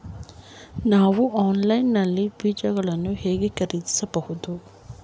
ನಾವು ಆನ್ಲೈನ್ ನಲ್ಲಿ ಬೀಜಗಳನ್ನು ಹೇಗೆ ಖರೀದಿಸಬಹುದು?